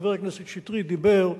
חבר הכנסת שטרית דיבר,